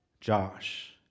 Josh